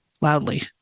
loudly